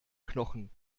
knochen